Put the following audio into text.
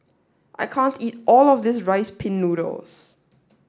I can't eat all of this rice pin noodles